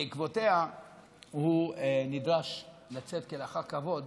בעקבותיה הוא נדרש לצאת אחר כבוד